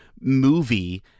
movie